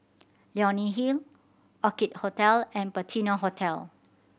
Leonie Hill Orchid Hotel and Patina Hotel